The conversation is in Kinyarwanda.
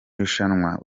irushanwa